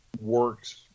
works